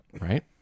right